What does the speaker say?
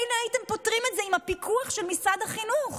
מילא הייתם פותרים את זה עם הפיקוח של משרד החינוך,